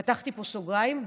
פתחתי פה בסוגריים.